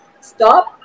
stop